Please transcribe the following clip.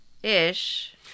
Ish